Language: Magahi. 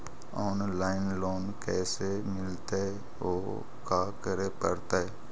औनलाइन लोन कैसे मिलतै औ का करे पड़तै?